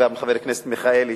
וגם לחבר הכנסת מיכאלי,